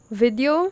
video